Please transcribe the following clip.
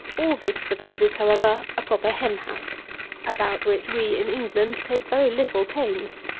all this supposes, however, a proper hen-house, about which we, in england, take very little pains.